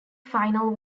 final